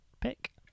pick